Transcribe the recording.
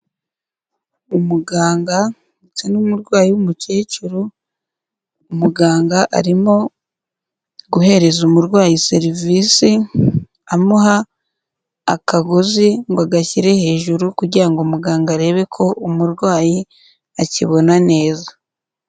Umuganga ndetse n'umurwayi w'umukecuru, umuganga arimo guhereza umurwayi serivisi amuha akagozi ngo agashyire hejuru kugirango muganga arebe ko umurwayi akibona neza.